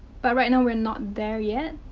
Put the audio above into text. but right now we're not there yet.